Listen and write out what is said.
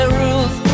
rules